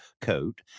coat